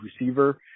receiver